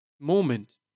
moment